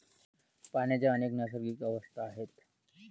पाण्याच्या अनेक नैसर्गिक अवस्था आहेत